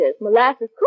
molasses